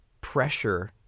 pressure